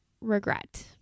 regret